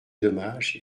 dommage